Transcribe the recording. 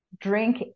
drink